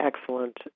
excellent